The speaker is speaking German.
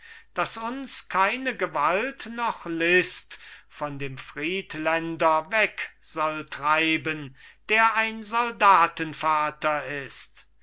daß uns keine gewalt noch list von dem friedländer weg soll treiben der ein soldatenvater ist